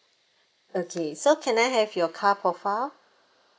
okay so can I have your car profile